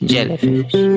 Jellyfish